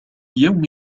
يوم